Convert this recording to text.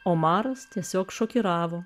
omaras tiesiog šokiravo